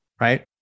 right